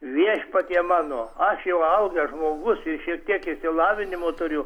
viešpatie mano aš jau augęs žmogus ir šiek tiek išsilavinimo turiu